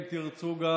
אם תרצו גם,